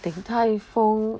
Din-Tai-Fung